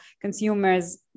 consumers